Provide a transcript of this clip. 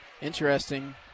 Interesting